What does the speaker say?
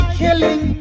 killing